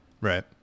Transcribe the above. Right